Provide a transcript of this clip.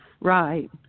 right